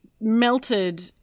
melted